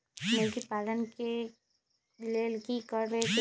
मुर्गी पालन ले कि करे के होतै?